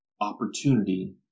opportunity